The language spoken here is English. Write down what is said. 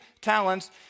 talents